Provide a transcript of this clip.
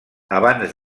abans